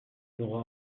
n’aura